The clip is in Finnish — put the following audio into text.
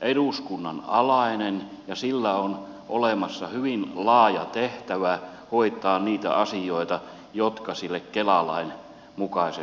eduskunnan alainen ja sillä on olemassa hyvin laaja tehtävä hoitaa niitä asioita jotka sille kela lain mukaisesti kuuluvat